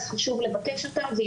אז חשוב לבקש אותה.